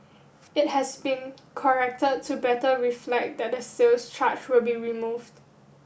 it has been corrected to better reflect that the sales charge will be removed